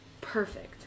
perfect